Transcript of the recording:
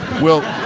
well,